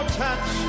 touch